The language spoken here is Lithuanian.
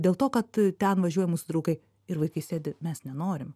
dėl to kad ten važiuoja mūsų draugai ir vaikai sėdi mes nenorim